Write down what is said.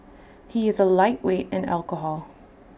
he is A lightweight in alcohol